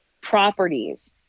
properties